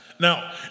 Now